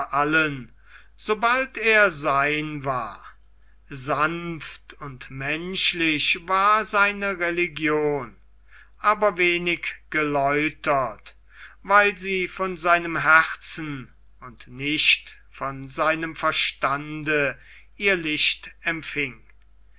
allen sobald er sein war sanft und menschlich war seine religion aber wenig geläutert weil sie von seinem herzen und nicht von seinem verstande ihr licht empfing